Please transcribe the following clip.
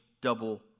double